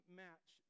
match